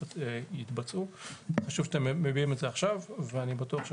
יתבצעו חשוב שאתם מביעים את זה עכשיו ואני בטוח,